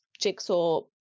jigsaw